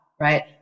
right